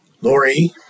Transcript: Lori